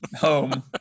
Home